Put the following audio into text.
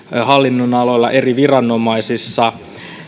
hallinnonaloilla eri viranomaisissa